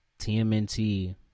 TMNT